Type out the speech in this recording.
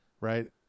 right